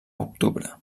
octubre